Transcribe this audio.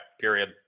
period